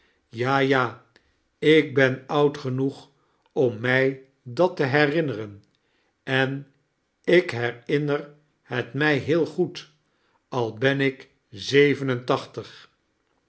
ja ja ik ben oud genoeg om mij dat te herinneren en ik herinner het mij heel goed al ben ik